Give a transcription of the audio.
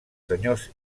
senyors